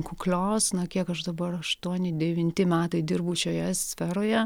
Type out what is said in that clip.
kuklios na kiek aš dabar aštuoni devinti metai dirbu šioje sferoje